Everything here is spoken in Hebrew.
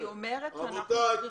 אני אומרת שאנחנו צריכים להמשיך.